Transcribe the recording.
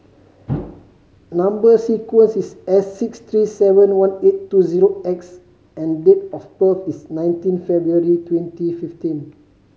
number sequence is S six three seven one eight two zero X and date of birth is nineteen February twenty fifteen